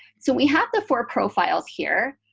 so we have the four profiles here.